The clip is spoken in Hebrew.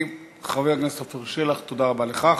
חבר הכנסת עפר שלח, תודה רבה לך.